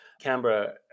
Canberra